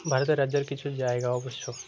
ভারতের রাজ্যের কিছু জায়গা অবশ্যক